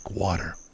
water